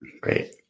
Great